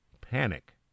panic